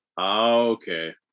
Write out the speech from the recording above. okay